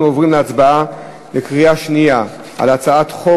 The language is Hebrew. אנחנו עוברים להצבעה בקריאה שנייה על הצעת חוק